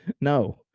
No